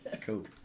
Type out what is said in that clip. Cool